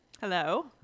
hello